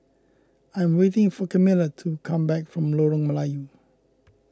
I am waiting for Camilla to come back from Lorong Melayu